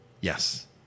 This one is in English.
Yes